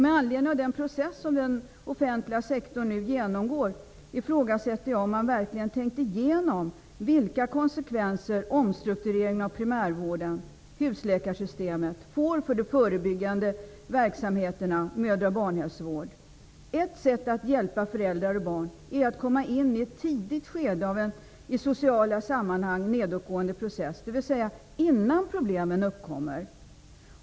Med anledning av den process som den offentliga sektorn nu genomgår ifrågasätter jag att man verkligen tänkt igenom de konsekvenser omstruktureringen av primärvården och husläkarsystemet får för de förebyggande verksamheterna, mödra och barnhälsovård. Ett sätt att hjälpa föräldrar och barn är att komma in i ett tidigt skede av en i sociala sammanhang nedåtgående process, d.v.s. innan problemen uppkommer.